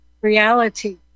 reality